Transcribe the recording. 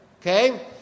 Okay